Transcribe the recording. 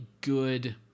good